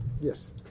Yes